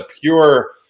pure